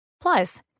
Plus